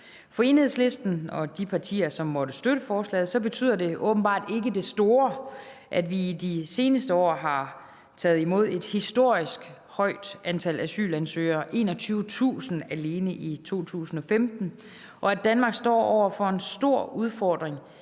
For Enhedslisten og de partier, som måtte støtte forslaget, betyder det åbenbart ikke det store, at vi i de seneste år har taget imod et historisk højt antal asylansøgere, 21.000 alene i 2015, og at Danmark står over for en stor udfordring